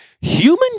human